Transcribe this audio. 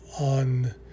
on